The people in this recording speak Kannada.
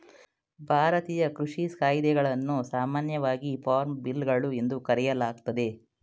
ಭಾರತೀಯ ಕೃಷಿ ಕಾಯಿದೆಗಳನ್ನು ಸಾಮಾನ್ಯವಾಗಿ ಫಾರ್ಮ್ ಬಿಲ್ಗಳು ಎಂದು ಕರೆಯಲಾಗ್ತದೆ